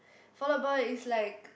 Fallout-Boy is like